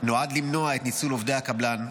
נועד למנוע את ניצול עובד הקבלן,